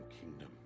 kingdom